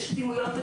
יש לנו בעיה